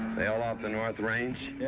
they all off the north range?